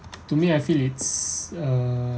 to me I feel it's err